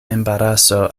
embaraso